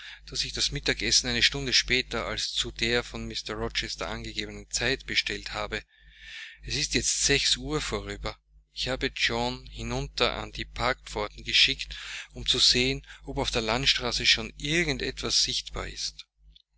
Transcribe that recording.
daß ich das mittagessen eine stunde später als zu der von mr rochester angegebenen zeit bestellt habe es ist jetzt sechs uhr vorüber ich habe john hinunter an die parkpforten geschickt um zu sehen ob auf der landstraße schon irgend etwas sichtbar ist